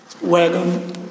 wagon